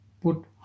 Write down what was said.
put